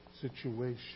situation